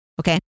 Okay